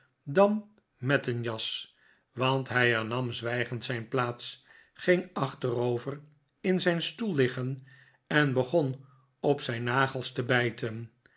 dan met een jas want hij hernam zwijgend zijn plaats ging achterover in zijn stoel liggen en begon op zijn nagels te bijten